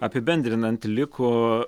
apibendrinant liko